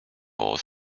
north